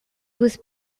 was